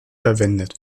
verwendet